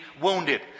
wounded